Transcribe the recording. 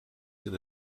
den